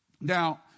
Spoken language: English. Now